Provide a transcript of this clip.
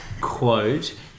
quote